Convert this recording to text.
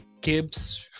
Gibbs